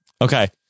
Okay